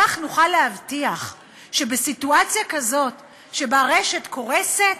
כך נוכל להבטיח שבסיטואציה כזאת שבה רשת קורסת,